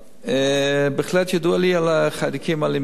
בהחלט ידוע לי על חיידקים אלימים,